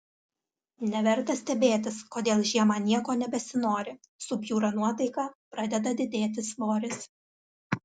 neverta stebėtis kodėl žiemą nieko nebesinori subjūra nuotaika pradeda didėti svoris